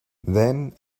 then